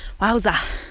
Wowza